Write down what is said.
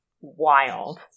wild